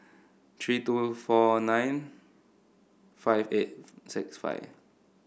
three two four nine five eight six five